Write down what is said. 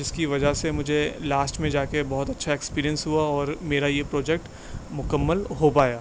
جس کی وجہ سے مجھے لاسٹ میں جا کے بہت اچھا ایکسپرئنس ہوا اور میرا یہ پروجیکٹ مکمل ہو پایا